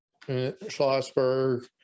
Schlossberg